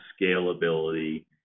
scalability